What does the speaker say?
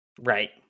Right